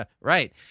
Right